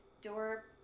door